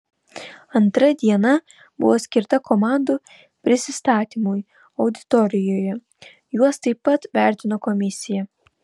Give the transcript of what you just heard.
antra diena buvo skirta komandų prisistatymui auditorijoje juos taip pat vertino komisija